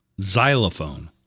Xylophone